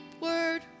word